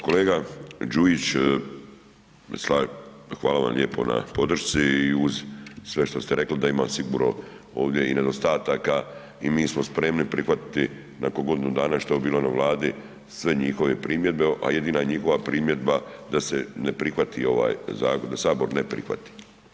Kolega Đujić, hvala vam lijepo na podršci i uz sve što ste rekli, da imamo sigurno ovdje i nedostataka i mi smo spremni prihvatiti nakon godinu dana što je bilo na Vladi sve njihove primjedba, a jedina njihova primjedba da se ne prihvati ovaj zakon, da Sabor ne prihvati.